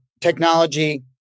technology